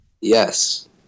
Yes